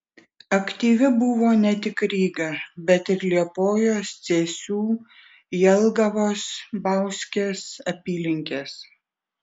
aktyvi buvo ne tik ryga bet ir liepojos cėsių jelgavos bauskės apylinkės